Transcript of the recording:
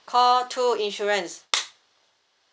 call two insurance